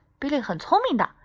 Billy很聪明的。